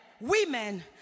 women